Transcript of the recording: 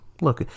Look